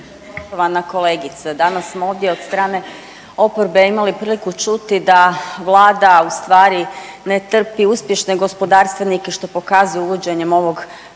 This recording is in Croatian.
Poštovana kolegice, danas smo ovdje od strane oporbe imali priliku čuti da Vlada ustvari ne trpi uspješne gospodarstvenike što pokazuje uvođenjem ovog poreza